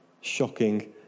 shocking